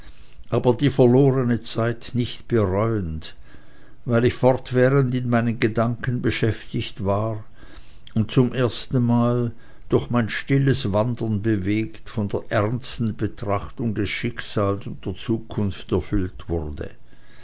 aber die verlorene zeit nicht bereuend weil ich fortwährend in meinen gedanken beschäftigt war und zum ersten mal durch mein stilles wandern bewegt von der ernsten betrachtung des schicksals und der zukunft erfüllt wurde